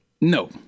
No